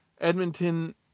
Edmonton